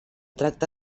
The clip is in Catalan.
tracte